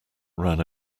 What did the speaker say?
ran